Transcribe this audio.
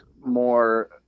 more